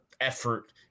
effort